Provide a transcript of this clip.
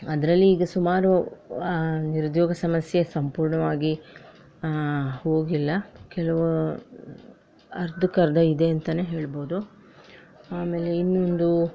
ಅದರಲ್ಲಿ ಈಗ ಸುಮಾರು ನಿರುದ್ಯೋಗ ಸಮಸ್ಯೆ ಸಂಪೂರ್ಣವಾಗಿ ಹೋಗಿಲ್ಲ ಕೆಲವು ಅರ್ಧಕರ್ಧ ಇದೆ ಅಂತನೇ ಹೇಳ್ಬೋದು ಆಮೇಲೆ ಇನ್ನೊಂದು